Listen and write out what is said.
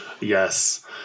Yes